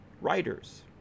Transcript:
writers